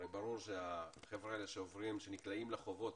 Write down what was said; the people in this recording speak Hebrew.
הרי ברור שהחבר'ה האלה שנקלעים לחובות